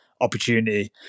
opportunity